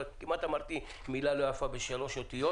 כמעט אמרתי מילה לא יפה בשלוש אותיות